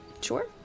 Sure